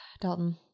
Dalton